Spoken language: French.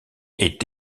est